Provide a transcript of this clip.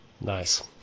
Nice